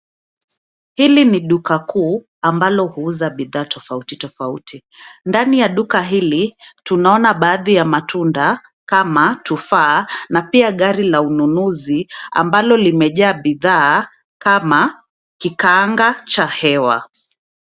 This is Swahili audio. Hili ni duka kuu ambalo huuza bidhaa tofauti tofauti. Ndani ya duka hili tunaona baadhi ya matunda kama tufaha na pia gari la ununuzi ambalo limejaa bidhaa kama, kikaanga cha hewa.